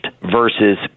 versus